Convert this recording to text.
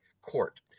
court